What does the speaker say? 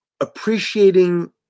Appreciating